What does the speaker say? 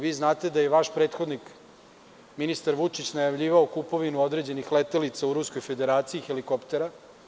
Vi znate da je vaš prethodnik, ministar Vučić najavljivao kupovinu određenih letelica u Ruskoj Federaciji, helikoptera.